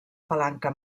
palanca